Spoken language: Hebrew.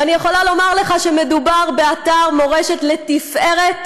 ואני יכולה לומר לך שמדובר באתר מורשת לתפארת,